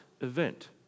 event